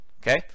Okay